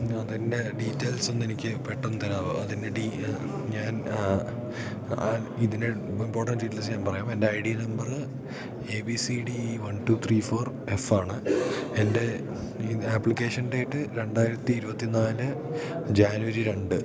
അതിൻ്റെ ഡീറ്റെയിൽസ് ഒന്നെനിക്ക് പെട്ടെന്ന് തരാമോ അതിൻ്റെ ഞാൻ ഇതിൻ്റെ ഇമ്പോർട്ടൻ്റ് ഡീറ്റെയിൽസ് ഞാൻ പറയാം എൻ്റെ I D number A B C D E one two three four എഫാണ് എൻ്റെ ഈ ആപ്ലിക്കേഷൻ ഡേറ്റ് രണ്ടായിരത്തി ഇരുപത്തി നാല് ജാനുവരി രണ്ട്